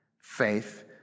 faith